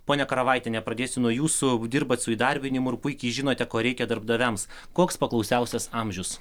ponia karavaitiene pradėsiu nuo jūsų dirbat su įdarbinimu ir puikiai žinote ko reikia darbdaviams koks paklausiausias amžius